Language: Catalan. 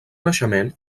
naixement